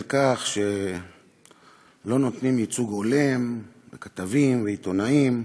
כך שלא נותנים ייצוג הולם לכתבים ועיתונאים,